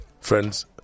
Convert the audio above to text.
Friends